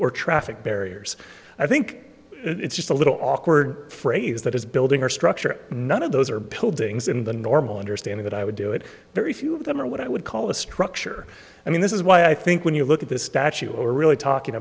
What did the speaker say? or traffic barriers i think it's just a little awkward phrase that is building or structure none of those are buildings in the normal understanding that i would do it very few of them are what i would call a structure i mean this is why i think when you look at this statue or really talking